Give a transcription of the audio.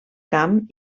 camp